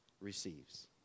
receives